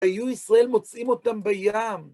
היו ישראל מוצאים אותם בים.